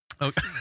okay